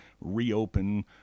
reopen